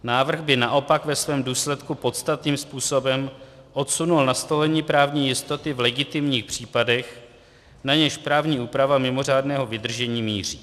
Návrh by naopak ve svém důsledku podstatným způsobem odsunul nastolení právní jistoty v legitimních případech, na něž právní úprava mimořádného vydržení míří.